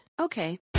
Okay